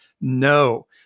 no